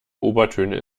obertöne